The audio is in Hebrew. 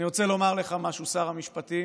אני רוצה לומר לך משהו, שר המשפטים,